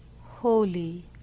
holy